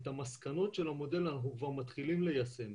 את המסקנות של המודל אנחנו כבר מתחילים ליישם,